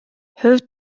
хувь